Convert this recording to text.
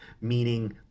meaning